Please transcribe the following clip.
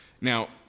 Now